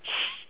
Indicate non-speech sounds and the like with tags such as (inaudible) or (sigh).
(noise)